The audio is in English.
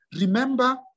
Remember